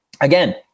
again